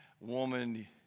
woman